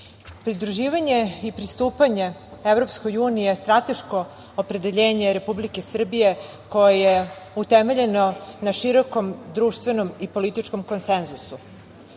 pridruživanje i pristupanje EU je strateško opredeljenje Republike Srbije koje je utemeljeno na širokom društvenom i političkom konsenzusu. Srbija